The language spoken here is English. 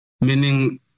meaning